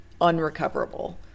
unrecoverable